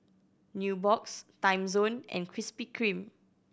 Nubox Timezone and Krispy Kreme